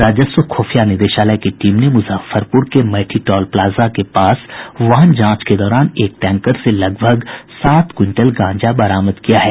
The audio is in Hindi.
राजस्व ख़ुफिया निदेशालय की टीम ने मुजफ्फरपुर के मैठी टॉल प्लाजा के पास वाहन जांच के दौरान एक टैंकर से लगभग सात क्विंटल गांजा बरामद किया है